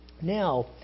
now